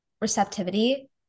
receptivity